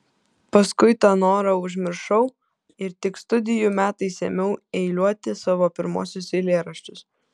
paskui tą norą užmiršau ir tik studijų metais ėmiau eiliuoti savo pirmuosius eilėraščius